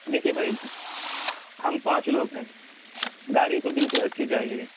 دیکھیے بھائی ہم پانچ لوگ ہیں گاڑی تو بالکل اچھی چاہیے